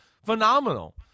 phenomenal